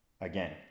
Again